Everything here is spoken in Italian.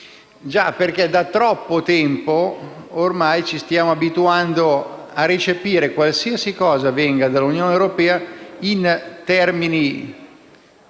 da troppo tempo che ci stiamo abituando a recepire qualsiasi cosa venga dall'Unione europea in termini